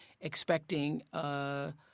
expecting